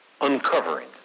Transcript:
uncovering